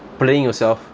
playing yourself